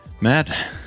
Matt